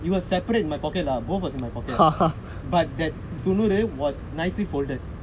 it was separate in my pocket lah both was in my pocket but that துணுறு:tunuru it was nicely folded